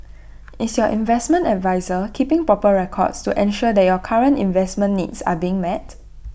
is your investment adviser keeping proper records to ensure that your current investment needs are being met